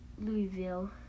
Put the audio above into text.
Louisville